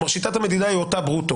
כלומר, שיטת המדידה היא אותו ברוטו.